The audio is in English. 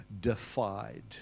defied